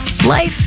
Life